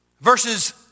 verses